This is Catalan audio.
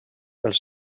els